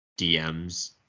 DMs